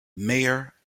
mayor